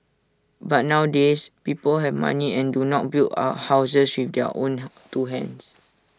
but nowadays people have money and do not build A houses with their own two hands